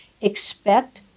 expect